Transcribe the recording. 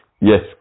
yes